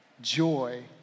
joy